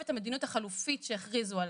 את המדיניות החלופית שהכריזו עליה.